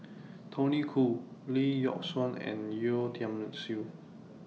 Tony Khoo Lee Yock Suan and Yeo Tiam Siew